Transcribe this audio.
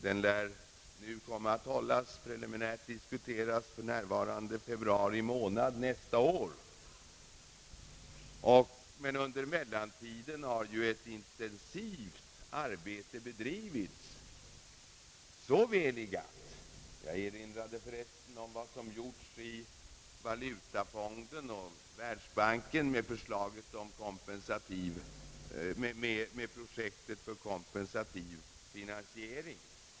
Den lär nu komma att hållas i februari månad nästa år, men under mellantiden har ett intensivt arbete bedrivits inom såväl UNCTAD som Världsbanken med projektet för supplementär finansiering.